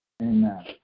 Amen